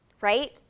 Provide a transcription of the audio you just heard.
right